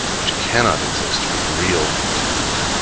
which cannot exist with real contempt.